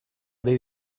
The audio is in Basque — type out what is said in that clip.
ari